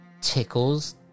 tickles